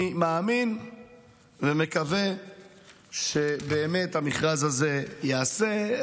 אני מאמין ומקווה שבאמת המכרז הזה ייעשה.